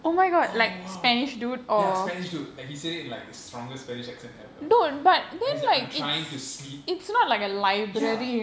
oh !wow! ya spanish dude like he said it in like the strongest spanish accent ever like he's like I'm trying to sleep ya